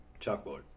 chalkboard